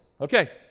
Okay